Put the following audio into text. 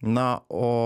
na o